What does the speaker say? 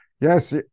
Yes